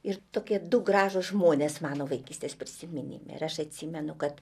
ir tokie du gražūs žmonės mano vaikystės prisiminime ir aš atsimenu kad